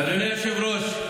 אדוני היושב-ראש,